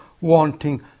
wanting